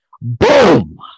Boom